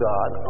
God